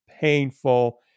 painful